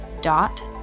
dot